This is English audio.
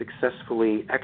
successfully